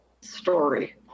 story